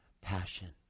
passion